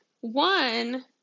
one